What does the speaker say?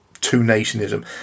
two-nationism